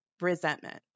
resentment